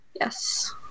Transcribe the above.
Yes